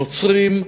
נוצרים,